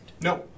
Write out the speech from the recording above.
No